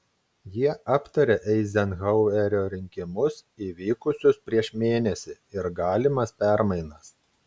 jie aptarė eizenhauerio rinkimus įvykusius prieš mėnesį ir galimas permainas